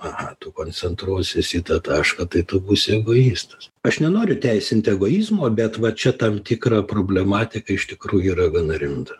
aha tu koncentruosies į tą tašką tai tu būsi egoistas aš nenoriu teisinti egoizmo bet va čia tam tikra problematika iš tikrųjų yra gana rimta